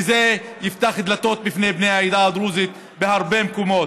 זה יפתח דלתות בפני בני העדה הדרוזית בהרבה מקומות.